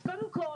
אז קודם כל,